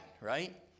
right